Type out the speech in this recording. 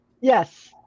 Yes